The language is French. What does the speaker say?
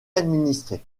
administrée